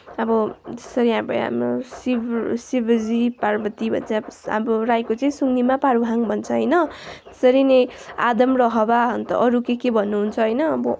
अब जसरी अब हाम्रो शिव शिवजी पार्वती भन्छ अब हाम्रो राईको चाहिँ सुम्निमा पारोहाङ् भन्छ होइन यसरी नै आदम र हवा अनि त अरू के के भन्नुहुन्छ होइन अब